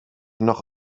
noch